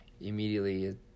immediately